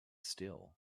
still